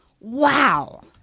Wow